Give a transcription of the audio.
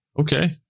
Okay